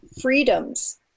Freedoms